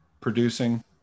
producing